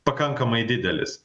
pakankamai didelis